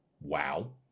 Wow